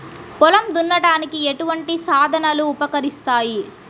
పొలం దున్నడానికి ఎటువంటి సాధనలు ఉపకరిస్తాయి?